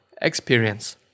experience